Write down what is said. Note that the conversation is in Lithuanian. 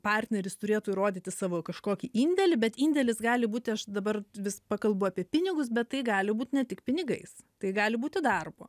partneris turėtų įrodyti savo kažkokį indėlį bet indėlis gali būti aš dabar vis pakalbu apie pinigus bet tai gali būt ne tik pinigais tai gali būti darbo